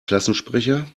klassensprecher